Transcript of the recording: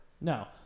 No